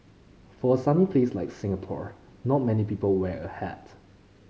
for a sunny place like Singapore not many people wear a hat